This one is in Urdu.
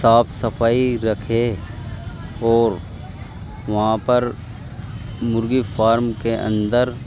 صاف صفائی رکھے اور وہاں پر مرغی فارم کے اندر